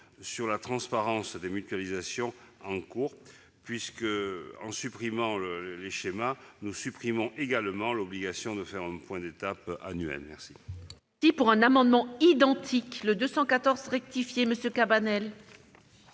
sur la transparence des mutualisations en cours. En supprimant les schémas, nous supprimons également l'obligation de faire un point d'étape annuel. La